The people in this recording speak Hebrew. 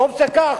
וטוב שכך,